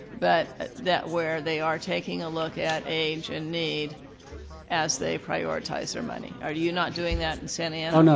that that where they are taking a look at age and need as they prioritize their money. are you not doing that in santa and ana?